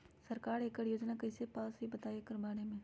सरकार एकड़ योजना कईसे पास होई बताई एकर बारे मे?